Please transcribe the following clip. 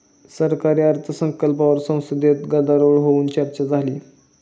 सरकारी अर्थसंकल्पावर संसदेत गदारोळ होऊन चर्चा झाली